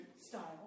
style